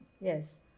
Yes